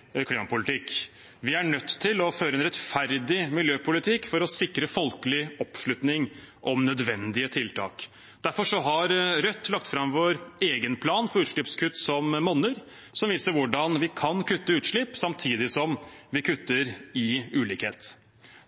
er nødt til å føre en rettferdig miljøpolitikk for å sikre folkelig oppslutning om nødvendige tiltak. Derfor har vi i Rødt lagt fram vår egen plan for utslippskutt som monner, som viser hvordan vi kan kutte utslipp samtidig som vi kutter i ulikhet.